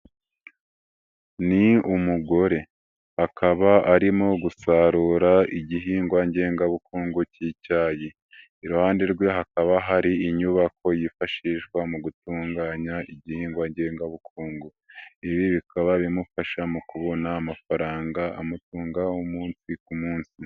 Ni umugore, akaba arimo gusarura igihingwa ngengabukungu k'icyayi.. Iruhande rwe hakaba hari inyubako yifashishwa mu gutunganya igihingwa ngengabukungu. Ibi bikaba bimufasha mu kubona amafaranga amutunga umunsi ku munsi.